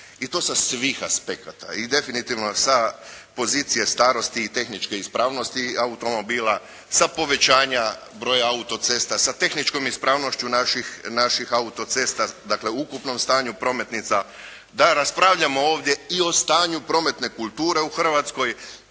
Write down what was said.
i to sa svih aspekata i definitivno sa pozicije starosti i tehničke ispravnosti automobila, sa povećanja broja autocesta, sa tehničkom ispravnošću naših autocesta, dakle ukupnom stanju prometnica, da raspravljamo ovdje i o stanju prometne kulture u Hrvatskoj